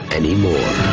anymore